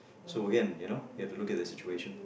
so again you know you have to look at the situation